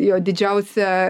jo didžiausia